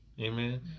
Amen